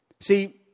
see